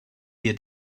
wir